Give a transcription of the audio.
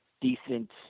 decent